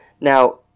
Now